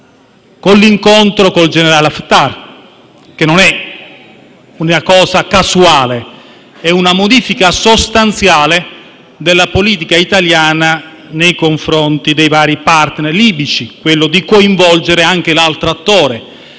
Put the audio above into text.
con l'incontro con il generale Haftar (che non è una cosa casuale, ma è una modifica sostanziale della politica italiana nei confronti dei vari *partner* libici) e coinvolgendo anche l'altro attore